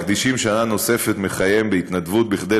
המקדישים שנה נוספת מחייהם בהתנדבות כדי